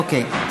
אוקיי.